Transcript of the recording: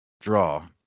draw